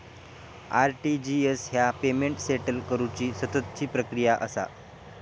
RTGS ह्या payment settle करुची सततची प्रक्रिया असा